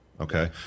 Okay